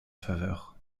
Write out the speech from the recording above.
faveur